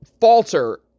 falter